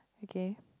okay